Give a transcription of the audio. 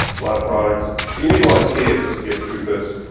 blood products and you need a lot of care just to get through this.